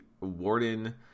Warden